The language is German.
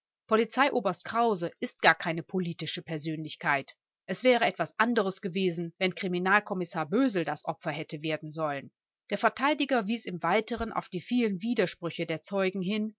polizeioberst krause ist gar keine politische persönlichkeit es wäre etwas anderes gewesen wenn kriminalkommissar bösel das opfer hätte werden sollen der verteidiger wies im weiteren auf die vielen widersprüche der zeugen hin